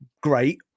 great